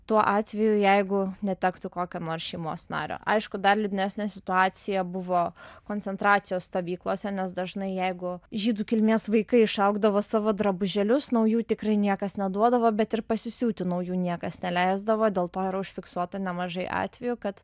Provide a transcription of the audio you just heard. tuo atveju jeigu netektų kokio nors šeimos nario aišku dar liūdnesnė situacija buvo koncentracijos stovyklose nes dažnai jeigu žydų kilmės vaikai išaugdavo savo drabužėlius naujų tikrai niekas neduodavo bet ir pasisiūti naujų niekas neleisdavo dėl to yra užfiksuota nemažai atvejų kad